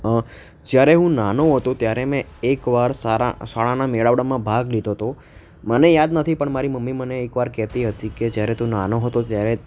જ્યારે હું નાનો હતો ત્યારે મેં એકવાર સારા શાળાના મેળાવડામાં ભાગ લીધો હતો મને યાદ નથી પણ મારી મમ્મી મને એકવાર કહેતી હતી કે જ્યારે તું નાનો હતો ત્યારે